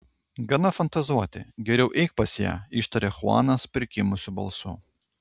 gana fantazuoti geriau eik pas ją ištaria chuanas prikimusiu balsu